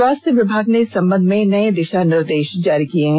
स्वास्थ्य विभाग ने इस संबंध में नए दिशा निर्देश जारी किए हैं